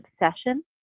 obsession